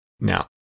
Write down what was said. Now